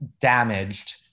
damaged